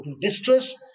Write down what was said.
distress